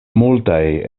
multaj